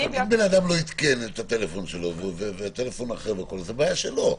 אם בן אדם לא עדכן את הטלפון שלו ויש לו טלפון אחר זו בעיה שלו.